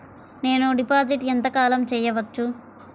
నేను డిపాజిట్ ఎంత కాలం చెయ్యవచ్చు?